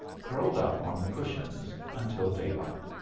curled up on the cushions, until daylight.